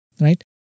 right